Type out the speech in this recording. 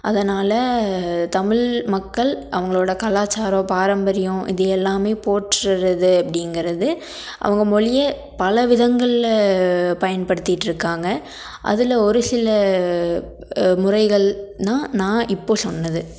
அதனால் தமிழ் மக்கள் அவர்களோட கலாச்சாரம் பாரம்பரியம் இது எல்லாமே போற்றுகிறது அப்படிங்குறது அவங்க மொழியே பல விதங்களில் பயன்படுத்திகிட்டு இருக்காங்க அதில் ஒரு சில முறைகள்ன்னால் நான் இப்போது சொன்னது